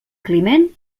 climent